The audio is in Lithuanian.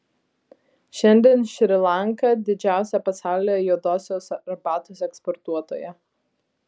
šiandien šri lanka didžiausia pasaulyje juodosios arbatos eksportuotoja